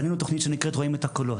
בנינו תוכנית שנקראת "רואים את הקולות",